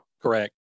correct